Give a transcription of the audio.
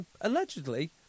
Allegedly